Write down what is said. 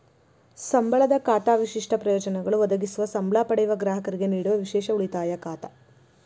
ಸಂಬಳದ ಖಾತಾ ವಿಶಿಷ್ಟ ಪ್ರಯೋಜನಗಳು ಒದಗಿಸುವ ಸಂಬ್ಳಾ ಪಡೆಯುವ ಗ್ರಾಹಕರಿಗೆ ನೇಡುವ ವಿಶೇಷ ಉಳಿತಾಯ ಖಾತಾ